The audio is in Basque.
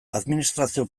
administrazio